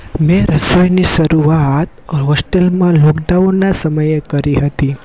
મેં રસોઈની શરૂઆત હોસ્ટેલમાં લોકડાઉનના સમયે કરી હતી